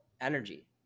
energy